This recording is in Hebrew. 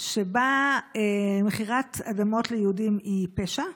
שבה מכירת אדמות ליהודים היא פשע,